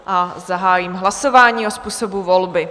A zahájím hlasování o způsobu volby.